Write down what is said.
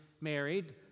married